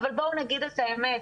אבל בואו נגיד את האמת.